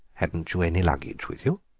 hadn't you any luggage with you?